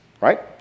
right